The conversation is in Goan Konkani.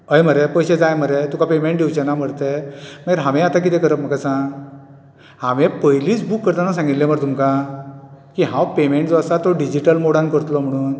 हय मरे पयशें जाय मरे तुका पेयमँट दिवचें ना मरे ते मागीर हांवें आतां कितें करप म्हाका सांग हांवें पयलींच बूक करताना सांगिल्लें मरे तुमकां की हांव पेयमँट जो आसा तो डिजीटल मोडान करतलो म्हणून